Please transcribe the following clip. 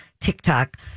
TikTok